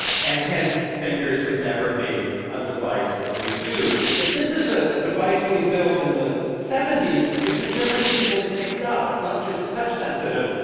and hence, fingers would never be a device that you'd use. and this was a device we built in the seventy s, which has never even been picked up. it's not just touch sensitive,